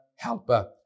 Helper